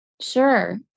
Sure